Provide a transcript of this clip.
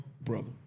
brother